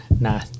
Nah